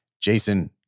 Jason